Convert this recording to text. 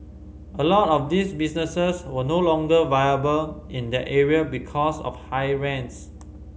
a lot of these businesses were no longer viable in that area because of high rents